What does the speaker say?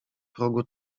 progu